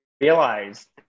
realize